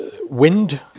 wind